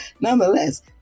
Nonetheless